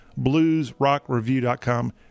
bluesrockreview.com